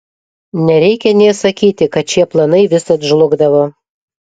nereikia nė sakyti kad šie planai visad žlugdavo